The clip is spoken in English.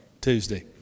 Tuesday